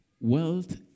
Wealth